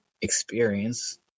experience